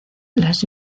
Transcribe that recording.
las